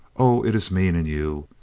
oh, it is mean in you!